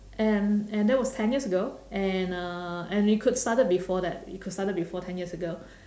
and and that was ten years ago and uh and it could started before that it could started before ten years ago